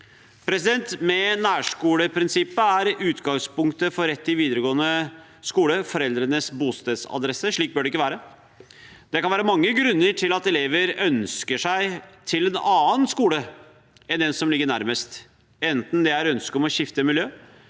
regelverket. Med nærskoleprinsippet er utgangspunktet for rett til videregående skole foreldrenes bostedsadresse. Slik bør det ikke være. Det kan være mange grunner til at elever ønsker seg til en annen skole enn den som ligger nærmest, enten det er et ønske om å skifte miljø